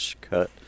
cut